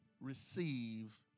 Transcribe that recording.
receive